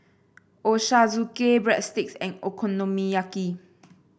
Ochazuke Breadsticks and Okonomiyaki